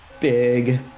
big